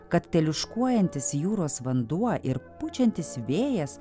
kad teliūškuojantis jūros vanduo ir pučiantis vėjas